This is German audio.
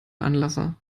anlasser